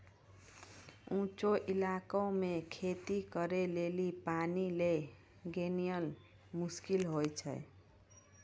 ऊंचो इलाका मे खेती करे लेली पानी लै गेनाय मुश्किल होय छै